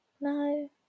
no